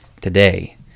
today